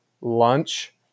lunch